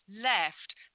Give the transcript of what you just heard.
left